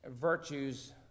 virtues